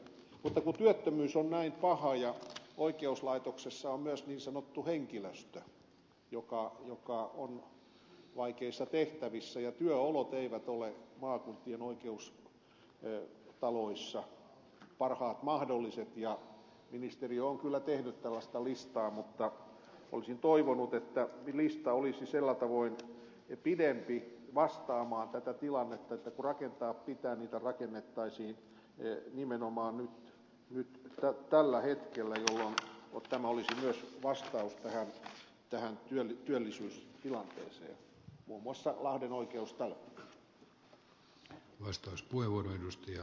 mutta kun työttömyys on näin paha ja oikeuslaitoksessa on myös niin sanottu henkilöstö joka on vaikeissa tehtävissä ja jonka työolot eivät ole maakuntien oikeustaloissa parhaat mahdolliset ministeriö on kyllä tehnyt tällaista listaa mutta olisin toivonut että lista olisi sillä tavoin pidempi vastaamaan tätä tilannetta ja kun rakentaa pitää rakennettaisiin nimenomaan tällä hetkellä jolloin tämä olisi myös vastaus työllisyystilanteeseen muun muassa lahden oikeustalo